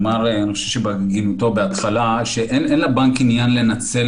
שאמר בהגינותו בהתחלה שאין לבנק עניין לנצל